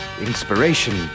Inspiration